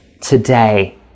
today